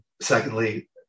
Secondly